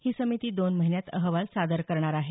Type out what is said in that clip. ही समिती दोन महिन्यात अहवाल सादर करणार आहे